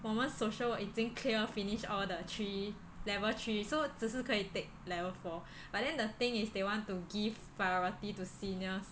我们 social work 已经 clear finish all the three level three so 只是可以 take level four but then the thing is they want to give priority to seniors